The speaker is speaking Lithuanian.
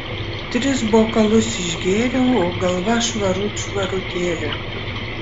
tris bokalus išgėriau o galva švarut švarutėlė